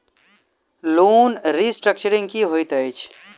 Loan restructuring की होइत अछि?